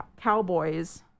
cowboys